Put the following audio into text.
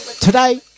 today